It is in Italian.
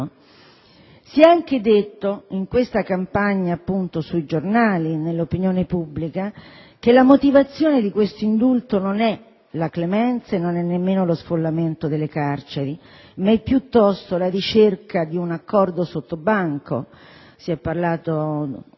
Si è anche detto, nel corso della campagna sui giornali e nell'opinione pubblica, che la motivazione di questo indulto non è la clemenza e nemmeno lo sfollamento delle carceri, ma piuttosto la ricerca di un accordo sottobanco. Si è parlato di